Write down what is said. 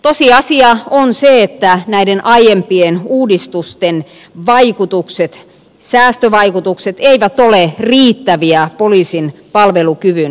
tosiasia on se että näiden aiempien uudistusten vaikutukset säästövaikutukset eivät ole riittäviä poliisin palvelukyvyn turvaamiseksi